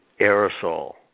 aerosol